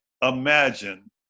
imagine